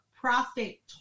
prostate